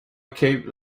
keep